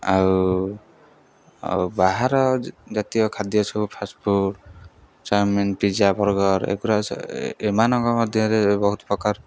ଆଉ ଆଉ ବାହାର ଜାତୀୟ ଖାଦ୍ୟ ସବୁ ଫାଷ୍ଟଫୁଡ଼ ଚାଓମିନ ପିଜ୍ଜା ବର୍ଗର ଏଗୁଡ଼ା ସ ଏମାନଙ୍କ ମଧ୍ୟରେ ବହୁତ ପ୍ରକାର